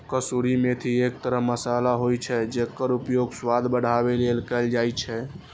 कसूरी मेथी एक तरह मसाला होइ छै, जेकर उपयोग स्वाद बढ़ाबै लेल कैल जाइ छै